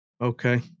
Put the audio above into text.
Okay